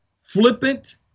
flippant